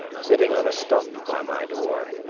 sitting on a stump by my door,